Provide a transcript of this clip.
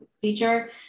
feature